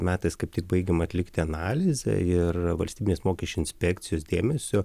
metais kaip tik baigiam atlikti analizę ir valstybinės mokesčių inspekcijos dėmesio